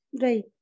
Right